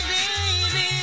Baby